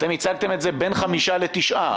אתם הצגתם את זה: בין חמישה לתשעה.